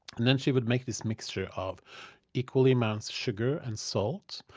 and then she would make this mixture of equal amounts sugar and salt.